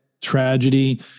tragedy